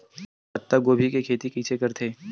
पत्तागोभी के खेती कइसे करथे?